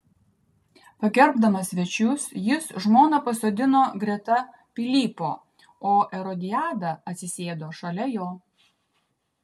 pagerbdamas svečius jis žmoną pasodino greta pilypo o erodiadą atsisėdo šalia jo